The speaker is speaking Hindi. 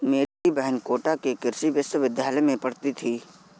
मेरी बहन कोटा के कृषि विश्वविद्यालय में पढ़ती थी